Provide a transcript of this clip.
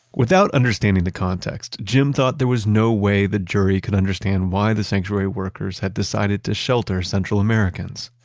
without understanding the context, jim thought there was no way the jury could understand why the sanctuary workers had decided to shelter central americans